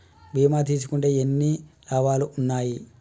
బీమా తీసుకుంటే ఎన్ని లాభాలు ఉన్నాయి?